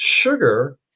sugar